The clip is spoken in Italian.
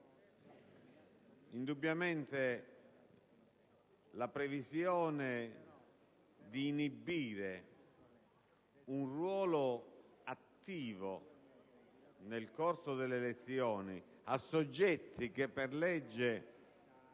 Indubbiamente, la previsione di inibire un ruolo attivo nel corso delle elezioni a soggetti che per legge